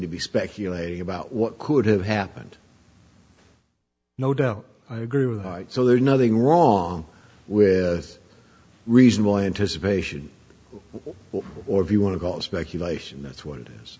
to be speculating about what could have happened no doubt i agree with height so there's nothing wrong with reasonable anticipation or if you want to go speculation that's what it is